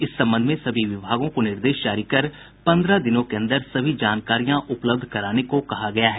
इस संबंध में सभी विभागों को निर्देश जारी कर पन्द्रह दिनों के अन्दर सभी जानकारियां उपलब्ध कराने को कहा गया है